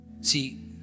See